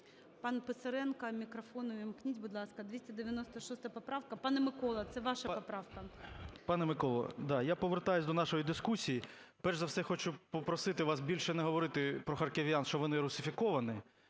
Пану Писаренку мікрофон увімкніть, будь ласка. 296 поправка. Пане Микола, це ваша поправка. 10:42:39 ПИСАРЕНКО В.В. Пане Микола, да, я повертаюся до нашої дискусії. Перш за все, хочу попросити вас більше не говорити про харків'ян, що вони русифіковані.